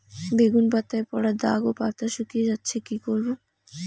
বেগুন পাতায় পড়া দাগ ও পাতা শুকিয়ে যাচ্ছে কি করব?